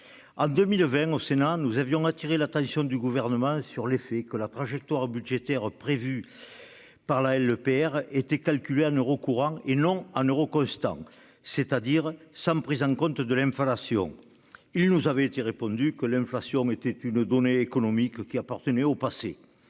En 2020, le Sénat avait attiré l'attention du Gouvernement sur le fait que la trajectoire budgétaire prévue par la LPR était calculée en euros courants et non en euros constants, c'est-à-dire sans prise en compte de l'inflation ; il nous avait été répondu que l'inflation était une donnée économique qui appartenait au passé.